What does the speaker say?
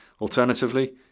Alternatively